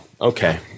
okay